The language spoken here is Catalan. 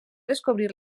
descobrir